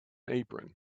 apron